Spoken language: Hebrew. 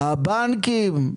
הבנקים.